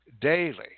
daily